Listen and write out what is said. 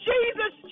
Jesus